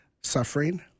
suffering